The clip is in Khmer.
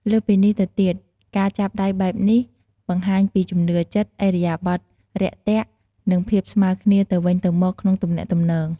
លើសពីនេះទៅទៀត ការចាប់ដៃបែបនេះបង្ហាញពីជំនឿចិត្ត ឥរិយាបថរាក់ទាក់ និងភាពស្មើគ្នាទៅវិញទៅមកក្នុងទំនាក់ទំនង។